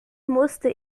musste